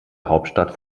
hauptstadt